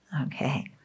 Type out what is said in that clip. Okay